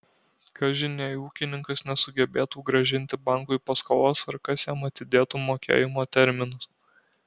kažin jei ūkininkas nesugebėtų grąžinti bankui paskolos ar kas jam atidėtų mokėjimo terminus